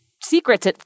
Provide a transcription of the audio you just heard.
secrets